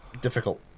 difficult